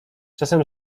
czasem